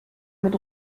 mit